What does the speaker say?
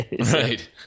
right